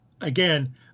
again